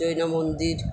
জৈন মন্দির